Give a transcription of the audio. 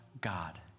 God